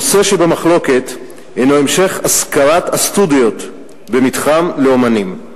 הנושא שבמחלוקת הוא המשך השכרת הסטודיות במתחם לאמנים.